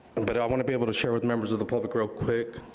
and but i wanna be able to share with members of the public real quick,